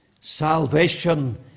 Salvation